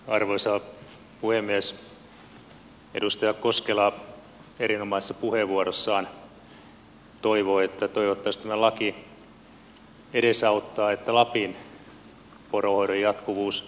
edustaja koskela erinomaisessa puheenvuorossaan toivoi että toivottavasti tämä laki edesauttaa että lapin poronhoidon jatkuvuus turvataan